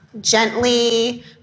gently